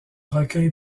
recueil